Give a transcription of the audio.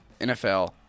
NFL